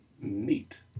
Neat